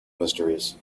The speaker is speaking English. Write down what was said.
mysteries